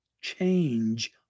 change